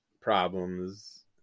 problems